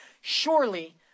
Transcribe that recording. Surely